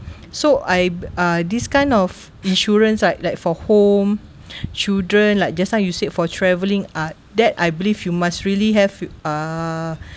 so I uh this kind of insurance right like for home children like just now you said for travelling ah that I believe you must really have uh